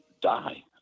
die